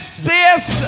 space